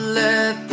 let